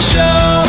Show